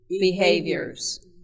Behaviors